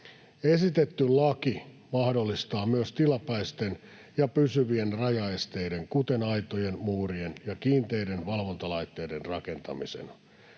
Esitetty laki mahdollistaa myös tilapäisten ja pysyvien rajaesteiden, kuten aitojen, muurien ja kiinteiden valvontalaitteiden, rakentamisen.